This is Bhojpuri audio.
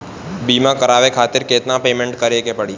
बीमा करावे खातिर केतना पेमेंट करे के पड़ी?